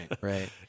Right